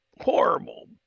horrible